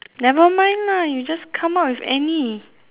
never mind lah you just come up with any